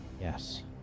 Yes